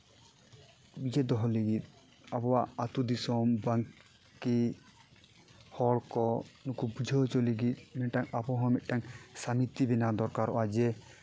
ᱤᱭᱟᱹ ᱫᱚᱦᱚ ᱞᱟᱹᱜᱤᱫ ᱟᱵᱚᱣᱟᱜ ᱟᱹᱛᱩ ᱫᱤᱥᱚᱢ ᱵᱟᱧ ᱠᱤ ᱦᱚᱲ ᱠᱚ ᱱᱩᱠᱩ ᱵᱩᱡᱷᱟᱹᱣ ᱦᱚᱪᱚ ᱞᱟᱹᱜᱤᱫ ᱢᱤᱫᱴᱟᱝ ᱟᱵᱚ ᱦᱚᱸ ᱢᱤᱫᱴᱟᱝ ᱥᱚᱢᱤᱛᱤ ᱵᱮᱱᱟᱣ ᱫᱚᱨᱠᱟᱨᱚᱜᱼᱟ ᱡᱮ